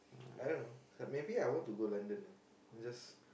I don't know maybe I want to go London to just